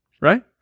right